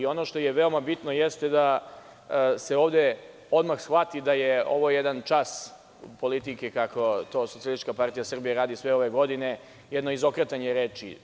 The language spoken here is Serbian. Ono što je veoma bitno jeste da se ovde odmah shvati da je ovo jedan čast politike, kako to SPS radi sve ove godine, jedno izokretanje reči.